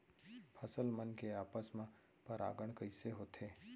फसल मन के आपस मा परागण कइसे होथे?